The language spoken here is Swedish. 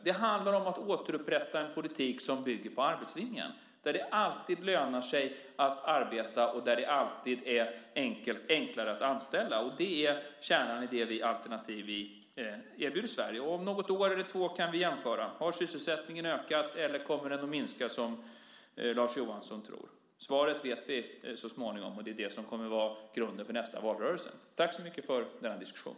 Det handlar om att återupprätta en politik som bygger på arbetslinjen. Det ska alltid löna sig att arbeta och vara enklare att anställa. Det är kärnan i det alternativ vi erbjuder Sverige. Om något år eller två kan vi jämföra. Har sysselsättningen ökat, eller kommer den att minska som Lars Johansson tror? Svaret vet vi så småningom. Det kommer att vara grunden för nästa valrörelse. Tack för denna diskussion!